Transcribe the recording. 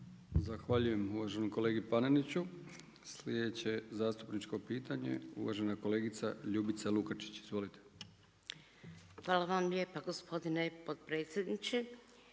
Zahvaljujem uvaženom kolegi Paneniću. Slijedeće zastupničko pitanje uvažena kolegica Ljubica Lukačić. Izvolite. **Lukačić, Ljubica (HDZ)** Hvala vam lijepa, gospodine potpredsjedniče.